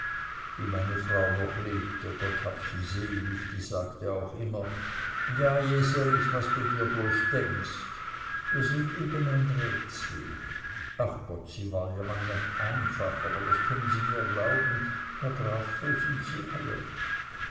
wie meine frau noch lebte gott habe sie selig die sagte auch immer ja jeserich was du dir bloß denkst wir sind eben ein rätsel ach gott sie war ja man einfach aber das können sie mir glauben herr graf so sind sie alle